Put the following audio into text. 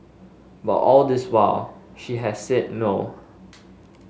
but all this while she has said no